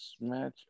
match